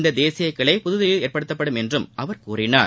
இந்த தேசிய கிளை புதுதில்லியில் ஏற்படுத்தப்படும் என்றும் அமர் கூறினார்